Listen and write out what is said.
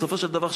בסופו של דבר,